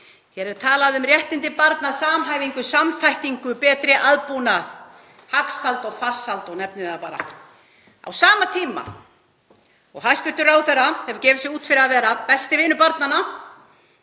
Hér er talað um réttindi barna, samhæfingu, samþættingu, betri aðbúnað, hagsæld og farsæld — nefnið það bara. Á sama tíma og hæstv. ráðherra hefur gefið sig út fyrir að vera besti vinur barnanna